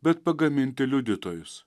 bet pagaminti liudytojus